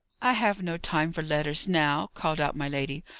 i have no time for letters now, called out my lady.